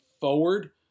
forward